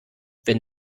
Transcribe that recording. wenn